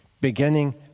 Beginning